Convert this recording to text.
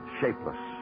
shapeless